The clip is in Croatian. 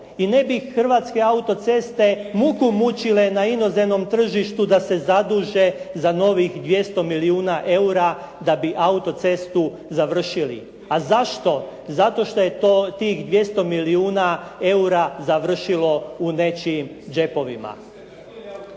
i ne bi Hrvatske autoceste muku mučile na inozemnom tržištu da se zaduže za novih 200 milijuna eura da bi autocestu završili. A zašto? Zato što je tih 200 milijuna eura završilo u nečijim džepovima.